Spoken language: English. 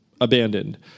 abandoned